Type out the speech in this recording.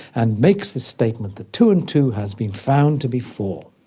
and makes the statement that two and two has been found to be four.